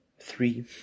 Three